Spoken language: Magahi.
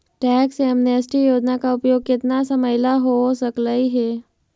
टैक्स एमनेस्टी योजना का उपयोग केतना समयला हो सकलई हे